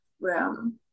room